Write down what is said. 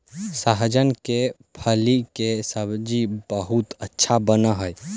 सहजन के फली के सब्जी बहुत अच्छा बनऽ हई